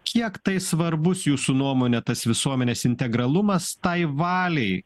kiek tai svarbus jūsų nuomone tas visuomenės integralumas tai valiai